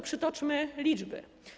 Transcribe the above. Przytoczmy liczby.